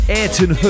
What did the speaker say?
Ayrton